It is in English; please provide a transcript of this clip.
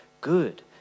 good